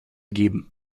geben